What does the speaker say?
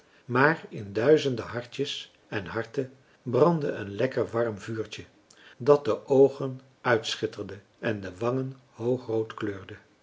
maar in duizenden hartjes en harten brandde een lekker warm vuurtje dat de oogen uitschitterde en de wangen hoogrood kleurde